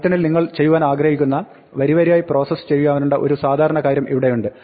പൈത്തണിൽ നിങ്ങൾ ചെയ്യുവാൻ ആഗ്രഹിക്കുന്ന വരിവരിയായി പ്രോസസ് ചെയ്യുവാനുള്ള ഒരു സാധാരണ കാര്യം ഇവിടെയുണ്ട്